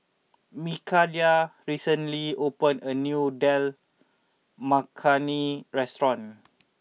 Mikayla recently opened a new Dal Makhani restaurant